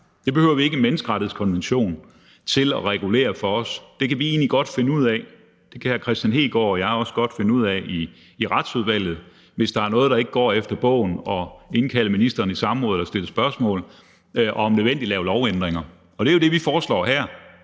Det behøver vi ikke en menneskerettighedskonvention til at regulere for os. Det kan vi egentlig godt finde ud af. Det kan hr. Kristian Hegaard og jeg også godt finde ud af i Retsudvalget, og hvis der er noget, der ikke går efter bogen, kan vi indkalde ministeren til samråd eller stille spørgsmål og om nødvendigt lave lovændringer. Det er jo det, vi foreslår her,